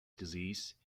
disease